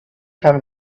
time